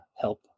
help